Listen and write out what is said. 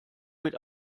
mit